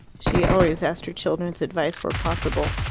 she always asked her children's advice where possible.